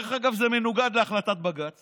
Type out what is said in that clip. ודרך אגב, זה מנוגד להחלטת בג"ץ